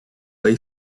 lay